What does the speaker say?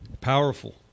Powerful